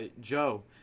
Joe